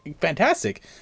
fantastic